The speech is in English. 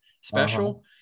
Special